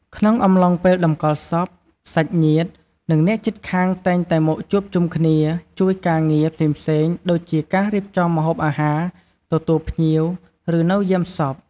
ក្នុងអំឡុងពេលតម្កល់សព សាច់ញាតិ និងអ្នកជិតខាងតែងតែមកជួបជុំគ្នា ជួយការងារ ផ្សេងៗ ដូចជាការរៀបចំម្ហូបអាហារ ទទួលភ្ញៀវ ឬនៅយាមសព។